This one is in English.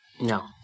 No